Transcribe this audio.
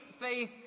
faith